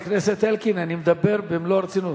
חבר הכנסת אלקין, אני מדבר במלוא הרצינות,